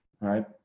right